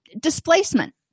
displacement